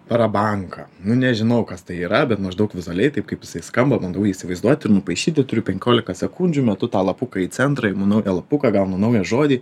parabanka nu nežinau kas tai yra bet maždaug vizualiai taip kaip jisai skamba bandau jį įsivaizduot ir nupaišyti turiu penkiolika sekundžių metu tą lapuką į centrą imu naują lapuką gaunu naują žodį